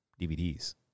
DVDs